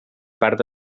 part